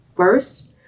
First